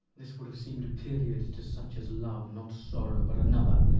this would have seem'd a period to such as love not sorrow but another,